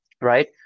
Right